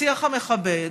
השיח המכבד.